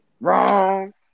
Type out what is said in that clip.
Wrong